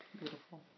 Beautiful